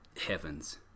heavens